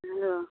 hello